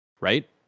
right